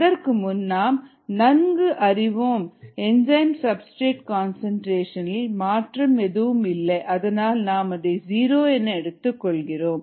அதற்குமுன் நாம் நன்கு அறிவோம் என்சைம் சப்ஸ்டிரேட் கன்சன்ட்ரேஷன் மாற்றம் எதுவும் இல்லை அதனால் நாம் அதை ஜீரோ என எடுத்துக் கொள்கிறோம்